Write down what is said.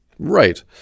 Right